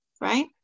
Right